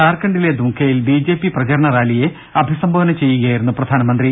ജാർഖണ്ഡിലെ ദുംക്കയിൽ B J P പ്രചാരണറാലിയെ അഭിസംബോധന ചെയ്യുകയായിരുന്നു പ്രധാനമന്ത്രി